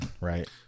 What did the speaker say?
right